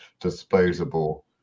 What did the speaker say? disposable